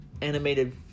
animated